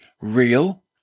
real